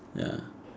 ya